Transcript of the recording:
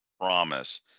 promise